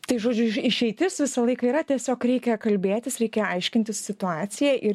tai žodžiu išeitis visą laiką yra tiesiog reikia kalbėtis reikia aiškintis situaciją ir